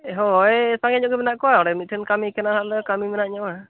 ᱦᱳᱭ ᱥᱟᱸᱜᱮ ᱧᱚᱜ ᱜᱮ ᱢᱮᱱᱟᱜ ᱠᱚᱣᱟ ᱚᱸᱰᱮ ᱢᱤᱫᱴᱷᱮᱱ ᱠᱟᱹᱢᱤ ᱠᱟᱱᱟ ᱦᱟᱜᱞᱮ ᱠᱟᱹᱢᱤ ᱢᱮᱱᱟᱜ ᱧᱚᱜᱼᱟ